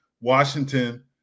Washington